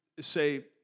say